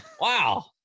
Wow